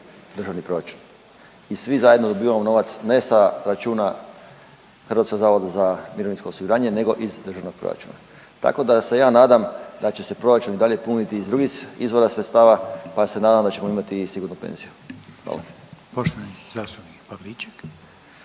državni proračun. I svi zajedno dobivamo novac ne sa računa HZMO-a nego iz državnog proračuna. Tako da se ja nadam da će se proračun i dalje puniti iz drugih izvora sredstava pa se nadam da ćemo imati i sigurnu penziju. Hvala.